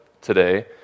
today